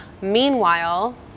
Meanwhile